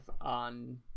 on